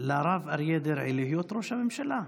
לרב אריה דרעי להיות ראש הממשלה.